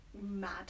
mad